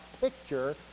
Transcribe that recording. picture